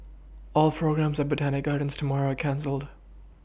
all programmes at Botanic Gardens tomorrow are cancelled